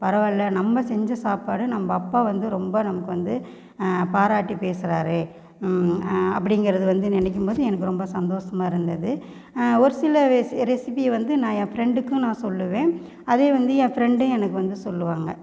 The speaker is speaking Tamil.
பரவாயில்லை நம்ம செஞ்ச சாப்பாடு நம்ம அப்பா வந்து ரொம்ப நமக்கு வந்து பாராட்டி பேசுகிறாரே அப்படிங்கறது வந்து நினைக்கும் போது எனக்கு ரொம்ப சந்தோஷமாக இருந்தது ஒரு சில ரெசிபியை வந்து நான் என் ஃப்ரண்டுக்கும் நான் சொல்வேன் அதே வந்து என் ஃப்ரண்டும் எனக்கு வந்து சொல்வாங்க